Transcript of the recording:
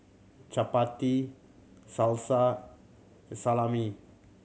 Chapati Salsa Salami